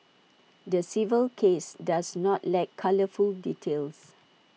the civil case does not lack colourful details